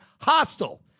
hostile